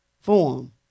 form